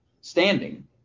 standing